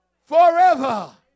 Forever